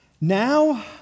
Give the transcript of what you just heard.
Now